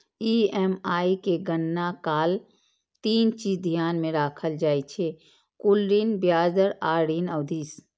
EMI के गणना काल तीन चीज ध्यान मे राखल जाइ छै, कुल ऋण, ब्याज दर आ ऋण अवधि